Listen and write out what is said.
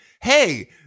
hey